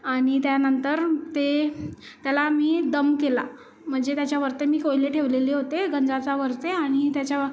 आणि त्या नंतर ते त्याला मी दम केला म्हणजे त्याच्यावरती मी कोयले ठेवलेले होते गंजाच्या वरती आणि त्याच्या